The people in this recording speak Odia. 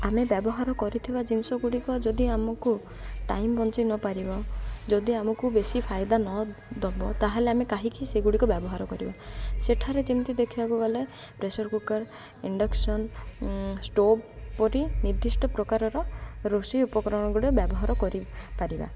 ଆମେ ବ୍ୟବହାର କରିଥିବା ଜିନିଷ ଗୁଡ଼ିକ ଯଦି ଆମକୁ ଟାଇମ୍ ବଞ୍ଚେଇ ନପାରିବ ଯଦି ଆମକୁ ବେଶୀ ଫାଇଦା ନ ଦବ ତା'ହେଲେ ଆମେ କାହିଁକି ସେଗୁଡ଼ିକ ବ୍ୟବହାର କରିବ ସେଠାରେ ଯେମିତି ଦେଖିବାକୁ ଗଲେ ପ୍ରେସର୍ କୁକର୍ ଇଣ୍ଡକ୍ସନ ଷ୍ଟୋଭ୍ ପରି ନିର୍ଦ୍ଧିଷ୍ଟ ପ୍ରକାରର ରୋଷେଇ ଉପକରଣ ଗୁଡ଼ିକ ବ୍ୟବହାର କରିପାରିବା